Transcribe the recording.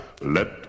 let